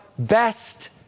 best